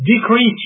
decrease